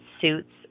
suits